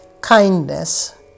kindness